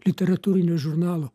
literatūrinio žurnalo